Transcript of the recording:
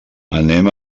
anem